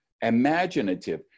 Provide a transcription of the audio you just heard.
Imaginative